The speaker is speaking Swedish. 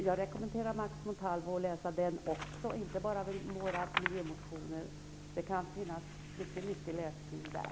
Jag rekommenderar Max Montalvo inte bara att läsa våra miljömotioner utan också den ekonomiska. Det kan finnas mycket nyttig läsning där.